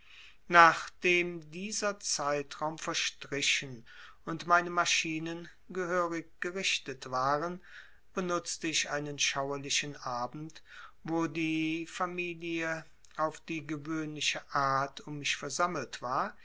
nachdem dieser zeitraum verstrichen und meine maschinen gehörig gerichtet waren benutzte ich einen schauerlichen abend wo die familie auf die gewöhnliche art um mich versammelt war